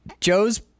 Joe's